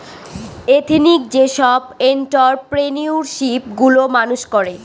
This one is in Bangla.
এথেনিক যেসব এন্ট্ররপ্রেনিউরশিপ গুলো মানুষ করে